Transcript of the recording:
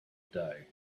day